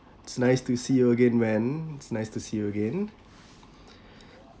it's nice to see you again when it's nice to see again